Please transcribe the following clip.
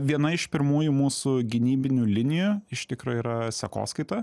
viena iš pirmųjų mūsų gynybinių linijų iš tikro yra sekoskaita